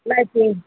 lighting